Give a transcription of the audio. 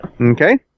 Okay